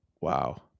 Wow